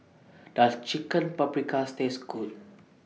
Does Chicken Paprikas Taste Good